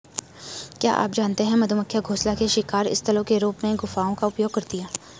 क्या आप जानते है मधुमक्खियां घोंसले के शिकार स्थलों के रूप में गुफाओं का उपयोग करती है?